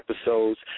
episodes